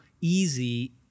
easy